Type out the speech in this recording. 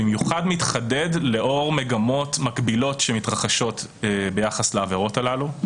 במיוחד מתחדד לאור מגמות מקבילות שמתרחשות ביחס לעבירות הללו.